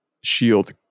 shield